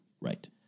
Right